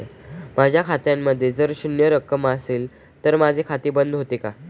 माझ्या खात्यामध्ये जर शून्य रक्कम असेल तर खाते बंद होते का?